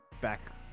back